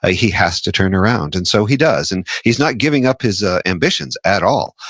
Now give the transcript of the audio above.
ah he has to turn around. and so, he does and he's not giving up his ah ambitions at all.